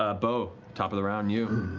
ah beau, top of the round, you.